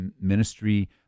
ministry